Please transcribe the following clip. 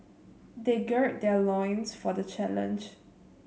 they gird their loins for the challenge